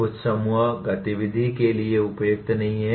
कुछ समूह गतिविधि के लिए उपयुक्त नहीं हैं